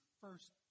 first